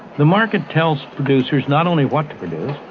the market tells producers not only what to produce,